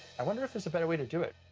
i wonder if there's a better way to do it?